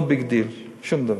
no big deal, שום דבר,